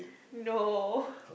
no